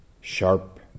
Sharp